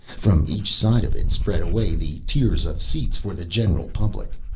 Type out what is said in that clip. from each side of it spread away the tiers of seats for the general public.